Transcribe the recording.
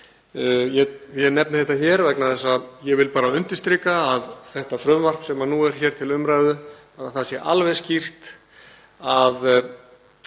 Ég nefni þetta hér vegna þess að ég vil bara undirstrika hvað varðar það frumvarp sem nú er til umræðu að það sé alveg skýrt að þetta